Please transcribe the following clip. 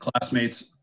classmates